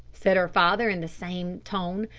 said her father in the same tone,